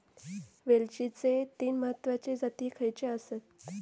वेलचीचे तीन महत्वाचे जाती खयचे आसत?